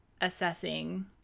assessing